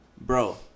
Bro